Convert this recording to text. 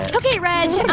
ok, reg. yeah